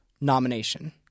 nomination